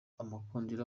amakondera